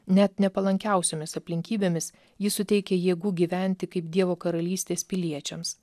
net nepalankiausiomis aplinkybėmis jis suteikia jėgų gyventi kaip dievo karalystės piliečiams